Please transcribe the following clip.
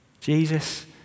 Jesus